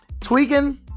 tweaking